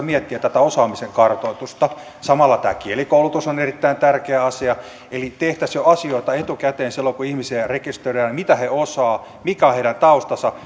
miettiä tätä osaamisen kartoitusta samalla tämä kielikoulutus on erittäin tärkeä asia eli tehtäisiin jo asioita etukäteen silloin kun ihmisiä rekisteröidään kartoitusta siitä mitä he osaavat mikä on heidän taustansa